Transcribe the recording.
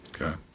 Okay